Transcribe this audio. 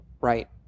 Right